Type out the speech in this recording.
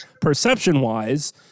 perception-wise